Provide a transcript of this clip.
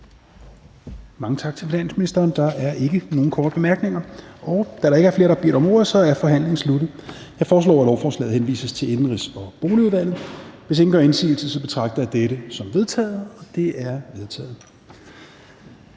Mange tak til finansministeren. Der er ikke nogen korte bemærkninger. Da der ikke er flere, der har bedt om ordet, er forhandlingen sluttet. Jeg foreslår, at lovforslaget henvises til Indenrigs- og Boligudvalget. Hvis ingen gør indsigelse, betragter jeg dette som vedtaget. Det er vedtaget.